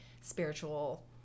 spiritual